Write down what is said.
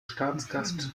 staatsgast